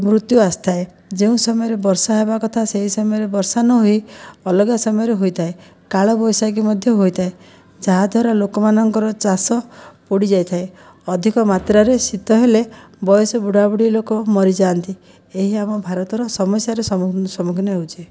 ମୃତ୍ୟୁ ଆସିଥାଏ ଯେଉଁ ସମୟରେ ବର୍ଷା ହେବା କଥା ସେହି ସମୟରେ ବର୍ଷା ନହୋଇ ଅଲଗା ସମୟରେ ହୋଇଥାଏ କାଳବୈଶାଖୀ ମଧ୍ୟ ହୋଇଥାଏ ଯାହାଦ୍ୱାରା ଲୋକମାନଙ୍କର ଚାଷ ପୋଡ଼ି ଯାଇଥାଏ ଅଧିକ ମାତ୍ରାରେ ଶୀତ ହେଲେ ବୟସ୍କ ବୁଢ଼ାବୁଢ଼ୀ ଲୋକ ମରିଯାଆନ୍ତି ଏହି ଆମ ଭାରତର ସମସ୍ୟାରେ ସମ୍ମୁଖୀନ ହେଉଛି